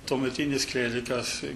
tuometinis klierikas